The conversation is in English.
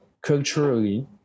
culturally